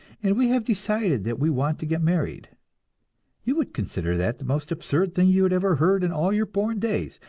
and we have decided that we want to get married you would consider that the most absurd thing you had ever heard in all your born days,